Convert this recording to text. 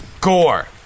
Gore